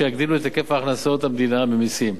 שיגדילו את היקף הכנסות המדינה ממסים.